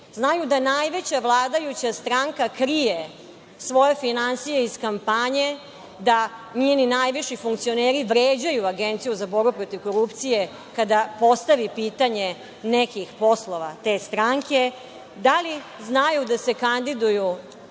znaju da najveća vladajuća stranka krije svoje finansije iz kampanje da njeni najviši funkcioneri vređaju Agenciju za borbu protiv korupcije kada postavi pitanje nekih poslova te stranke, da li znaju da se kandiduju